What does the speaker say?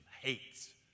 hates